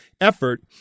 effort